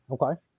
Okay